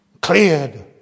cleared